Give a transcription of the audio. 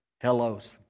hellos